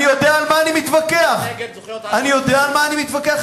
אני יודע על מה אני מתווכח.